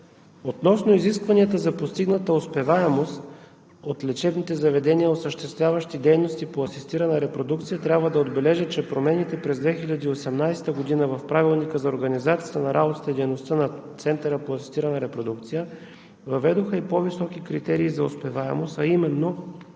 Относно изискванията за постигната успеваемост от лечебните заведения, осъществяващи дейности по асистирана репродукция, трябва да отбележа, че промените през 2018 г. в Правилника за организацията на работа и дейността на Центъра за асистирана репродукция въведоха по-високи критерии за успеваемост, а именно